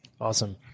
Awesome